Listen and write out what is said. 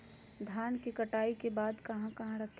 धान के कटाई के बाद कहा रखें?